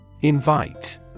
Invite